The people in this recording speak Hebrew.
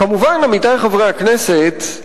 כמובן, עמיתי חברי הכנסת,